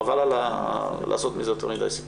חבל לעשות מזה יותר מדי סיפור.